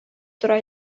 тора